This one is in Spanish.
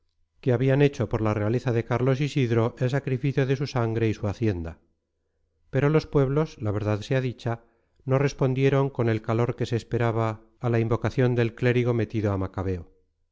que habían hecho por la realeza de carlos isidro el sacrificio de su sangre y su hacienda pero los pueblos la verdad sea dicha no respondieron con el calor que se esperaba a la invocación del clérigo metido a macabeo